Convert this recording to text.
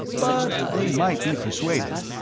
but they might be persuaded.